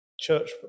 church